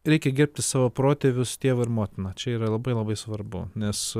reikia gerbti savo protėvius tėvą ir motiną čia yra labai labai svarbu nes